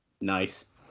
Nice